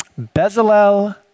Bezalel